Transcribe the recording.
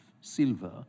silver